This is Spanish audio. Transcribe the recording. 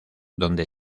donde